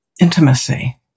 intimacy